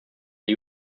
are